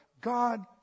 God